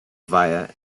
via